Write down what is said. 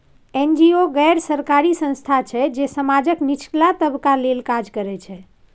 NGO गैर सरकारी संस्था छै जे समाजक निचला तबका लेल काज करय छै